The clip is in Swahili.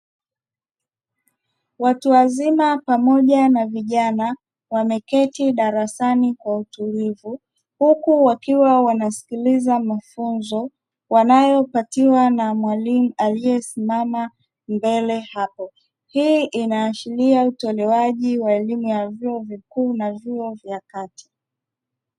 Watuwazima pamoja na vijana wameketi darasani kwa utulivu, huku wakiwa wanasikiliza mafunzo wanayopatiwa na mwalimu aliyesimama mbele hapo, hii inaashiria utolewaji wa elimu ya vyuo vikuu na vyuo vya kati.